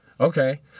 Okay